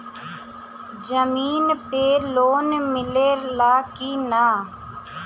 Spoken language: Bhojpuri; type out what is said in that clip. जमीन पे लोन मिले ला की ना?